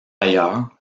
ailleurs